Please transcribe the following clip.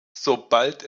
sobald